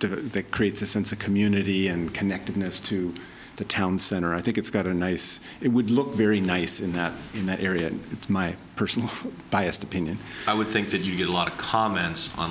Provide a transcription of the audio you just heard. that creates a sense of community and connectedness to the town center i think it's got a nice it would look very nice in that in that area and it's my personal biased opinion i would think that you get a lot of comments on